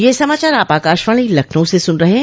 ब्रे क यह समाचार आप आकाशवाणी लखनऊ से सुन रहे हैं